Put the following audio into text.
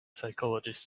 psychologist